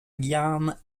guyane